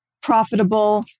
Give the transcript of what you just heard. profitable